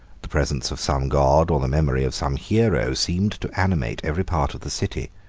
the presence of some god, or the memory of some hero, seemed to animate every part of the city,